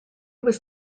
was